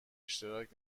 اشتراک